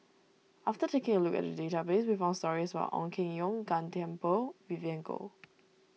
after taking a look at the database we found stories about Ong Keng Yong Gan Thiam Poh Vivien Goh